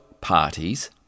parties